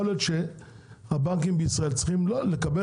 יכול להיות שהבנקים בישראל צריכים לקבל